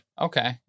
Okay